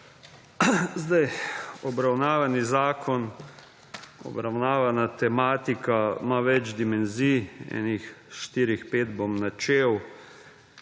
Obravnavani zakon, obravnavana tematika ima več dimenzij ene štiri, pet jih bom načel